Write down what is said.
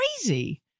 crazy